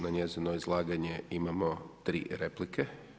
Na njezino izlaganje imamo tri replike.